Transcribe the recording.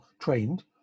trained